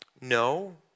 No